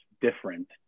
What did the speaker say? different